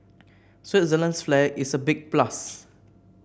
Switzerland's flag is a big plus